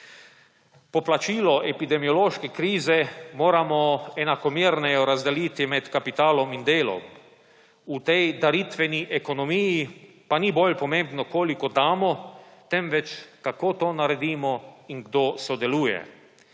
Poplačilo epidemiološke krize moramo enakomerneje razdeliti med kapitalom in delom. V tej daritveni ekonomiji pa ni bolj pomembno, koliko damo, temveč kako to naredimo in kdo sodeluje.